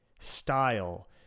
style